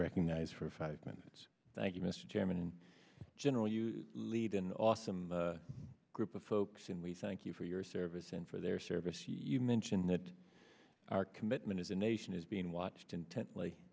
recognized for five minutes thank you mr chairman general you lead an awesome group of folks and we thank you for your service and for their service you mention that our commitment as a nation is being watched intently